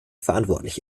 verantwortlich